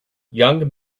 young